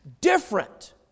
Different